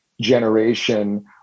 generation